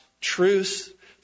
truth